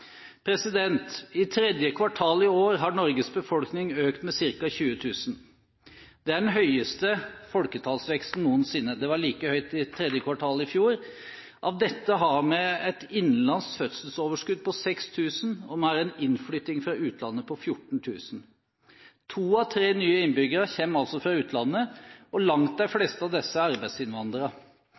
I tredje kvartal i år har Norges befolkning økt med ca. 20 000. Det er den høyeste folketallsveksten noensinne. Det var like høyt i tredje kvartal i fjor. Av dette har vi et innenlands fødselsoverskudd på 6 000, og vi har en innflytting fra utlandet på 14 000. To av tre nye innbyggere kommer altså fra utlandet, og langt de fleste av disse er arbeidsinnvandrere.